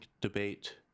Debate